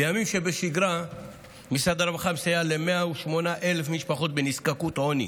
בימים שבשגרה משרד הרווחה מסייע ל-108,000 משפחות בנזקקות עוני